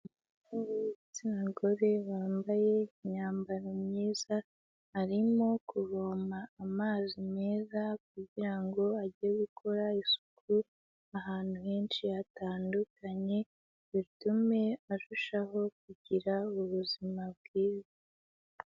Umuntu w'igitsina gore wabambaye imyambaro myiza, arimo kuvoma amazi meza kugirango ajye gukora isuku ahantu henshi hatandukanye bitume arushaho kugira ubuzima bwiza.